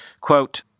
Quote